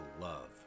love